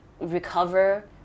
recover